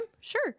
sure